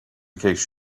case